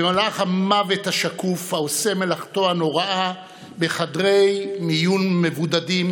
במלאך המוות השקוף העושה מלאכתו הנוראה בחדרי מיון מבודדים,